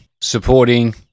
supporting